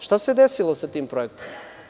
Šta se desilo sa tim projektom?